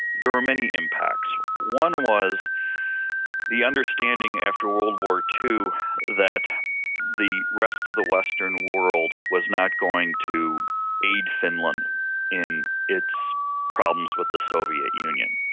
there were many impacts. one was the understanding after world war two that the rest of the western world was not going to aid finland in its problems with the soviet union.